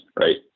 Right